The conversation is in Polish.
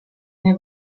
nie